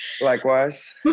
Likewise